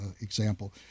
example